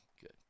good